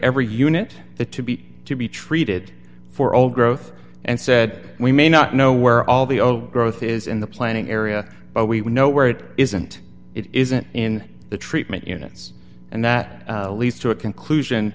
every unit that to be to be treated for old growth and said we may not know where all the old growth is in the planning area but we know where it isn't it isn't in the treatment units and that leads to a conclusion